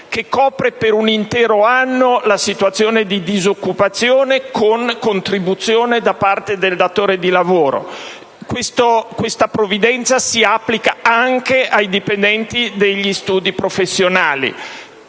che copre per un intero anno la situazione di disoccupazione con contribuzione da parte del datore di lavoro, e poiché questa forma di previdenza si applica anche ai dipendenti degli studi professionali,